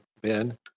Ben